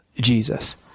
Jesus